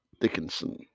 Dickinson